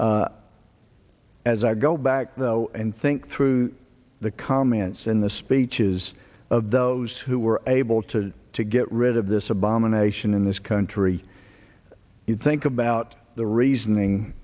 as i go back though and think through the comments in the speeches of those who were able to to get rid of this abomination in this country you think about the reasoning